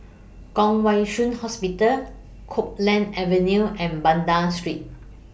Kwong Wai Shiu Hospital Copeland Avenue and Banda Street